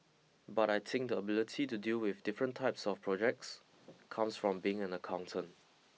but I think the ability to deal with different types of projects comes from being an accountant